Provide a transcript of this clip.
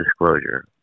disclosure